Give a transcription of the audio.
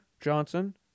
Johnson